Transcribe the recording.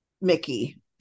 Mickey